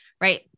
right